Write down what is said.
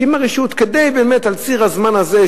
הקימה רשות כדי שעל ציר הזמן הזה,